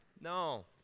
No